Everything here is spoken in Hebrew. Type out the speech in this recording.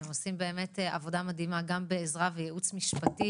הם עושים באמת עבודה מדהימה גם בעזרה וייעוץ משפטי